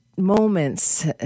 Moments